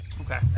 Okay